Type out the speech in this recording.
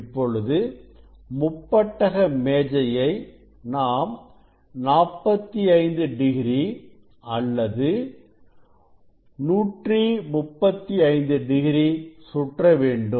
இப்பொழுது முப்பட்டக மேஜையை நாம் 45 டிகிரி அல்லது 135 டிகிரி சுற்ற வேண்டும்